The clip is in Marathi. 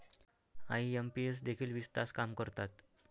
आई.एम.पी.एस देखील वीस तास काम करतात?